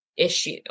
issue